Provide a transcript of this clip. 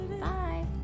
Bye